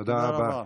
תודה רבה.